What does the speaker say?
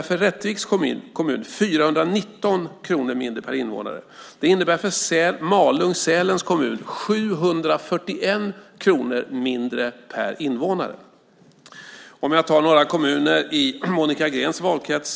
För Rättviks kommun innebär det 419 kronor mindre per invånare och för Malung-Sälens kommun 741 kronor mindre per invånare. Låt mig ta några kommuner i Monica Greens valkrets.